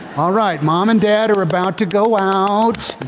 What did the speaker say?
all right, mom and dad are about to go out.